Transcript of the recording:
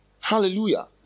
Hallelujah